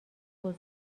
بزرگ